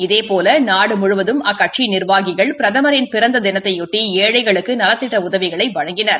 இதேபோல நாடு முழுவதும் அக்கட்சி நிர்வாகிகள் பிரதமரின் பிறந்த தினத்தையொட்டி ஏழைகளுக்கு நலத்திட்ட உதவிகளை வழங்கினர்